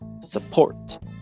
support